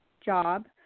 job